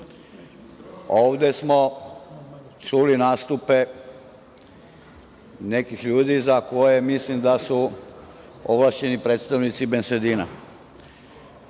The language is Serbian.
ovde smo čuli nastupe nekih ljudi za koje mislim da su ovlašćeni predstavnici bensedina.